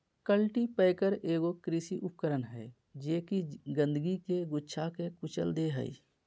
cultipacker एगो कृषि उपकरण हइ जे कि गंदगी के गुच्छा के कुचल दे हइ